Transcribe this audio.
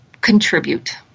contribute